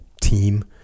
team